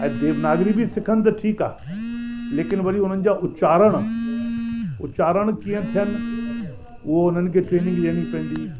ऐं देवनागरी बि सिखनि त ठीकु आहे लेकिन वरी उन्हनि जा उच्चारण उच्चारण कीअं थियनि उहो उन्हनि खे ट्रेनिंग ॾियणी पवंदी